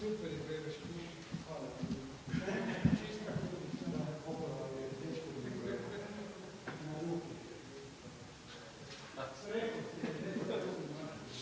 Hvala